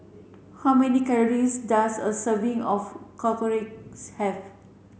how many calories does a serving of Korokke have